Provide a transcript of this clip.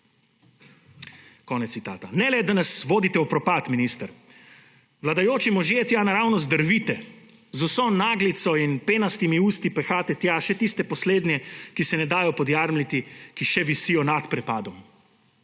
Ne le, da nas vodite v propad, minister, vladajoči možje tja naravnost drvite. Z vso naglico in penastimi usti pehate tja še tiste poslednje, ki se ne dajo podjarmiti, ki še visijo nad prepadom.